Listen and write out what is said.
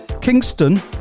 Kingston